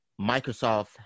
Microsoft